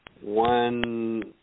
one